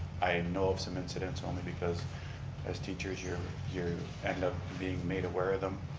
i know of some incidents only because as teachers, you you end up being made aware of them.